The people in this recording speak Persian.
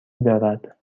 دارد